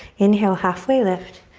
inhale, halfway lift.